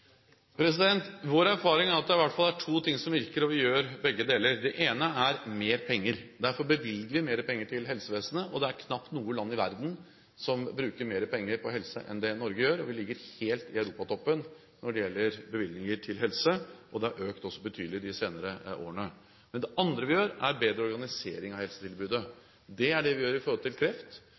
Vår erfaring er at det i hvert fall er to ting som virker, og vi gjør begge deler. Det ene er mer penger. Derfor bevilger vi mer penger til helsevesenet. Det er knapt noe land i verden som bruker mer penger på helse enn det Norge gjør, vi ligger helt på europatoppen når det gjelder bevilgninger til helse, og det har økt betydelig de senere årene. Det andre vi gjør, er at vi bedrer organiseringen av helsetilbudet. Det er det vi gjør når det gjelder kreft